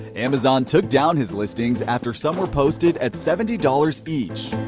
amazon took down his listings after some were posted at seventy dollars each.